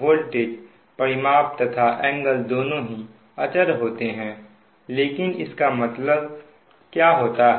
voltage परिमाप तथा angle दोनों ही अचर होते हैंलेकिन इसका मतलब क्या होता है